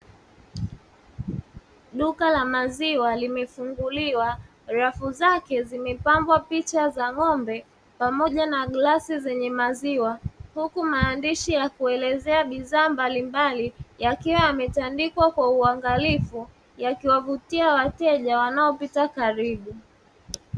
Duka la maziwa limefunguliwa rafu zake zimepambwa picha za ng'ombe pamoja na glasi zenye maziwa. Huku maandishi ya kuelezea bidhaa mbalimbali yakiwa yame andikwa kwa uangalifu yakiwavutia wateja wanaopita karibu.